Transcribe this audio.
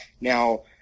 now